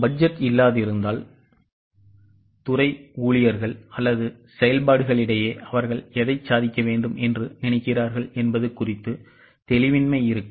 budget இல்லாதிருந்தால் துறை ஊழியர்கள் அல்லது செயல்பாடுகளிடையே அவர்கள் எதைச் சாதிக்க வேண்டும் என்று நினைக்கிறார்கள் என்பது குறித்து தெளிவின்மை இருக்கும்